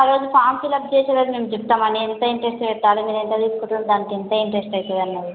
ఆ రోజు form fill up చేసే రోజు మేము చెప్తామండి ఎంత ఇంట్రెస్ట్ కట్టాలో మీరు ఎంత తీసుకుంటారు దానికి ఎంత ఇంట్రెస్ట్ అవుతందనేది